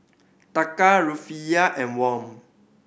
Taka Rufiyaa and Won